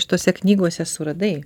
šitose knygose suradai